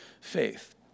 faith